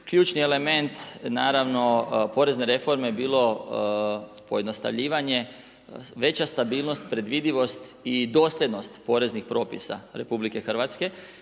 ključni element porezne reforme je bilo pojednostavljivanje, veća stabilnost predvidivost i dosljednost poreznih propisa RH jer su